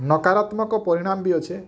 ନକାରାତ୍ମକ ପରିଣାମ ବି ଅଛେ